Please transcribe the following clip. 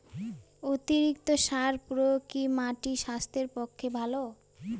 অতিরিক্ত সার প্রয়োগ কি মাটির স্বাস্থ্যের পক্ষে ভালো?